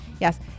Yes